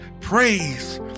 praise